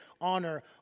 honor